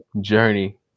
journey